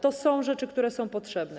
To są rzeczy, które są potrzebne.